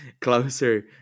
closer